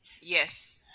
yes